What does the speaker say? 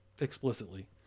explicitly